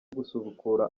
gusubukura